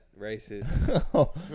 racist